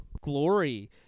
glory